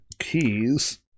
keys